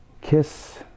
kiss